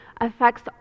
affects